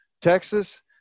Texas